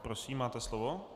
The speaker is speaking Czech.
Prosím, máte slovo.